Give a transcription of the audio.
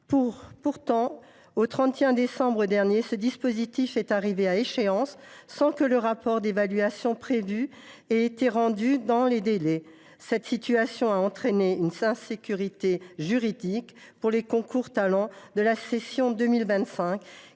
Pourtant, au 31 décembre dernier, ce dispositif est arrivé à échéance sans que le rapport d’évaluation prévu ait été rendu dans les délais. Cette situation a entraîné une insécurité juridique pour les concours Talents de la session 2025,